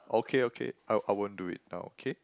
okay okay I I won't do it now okay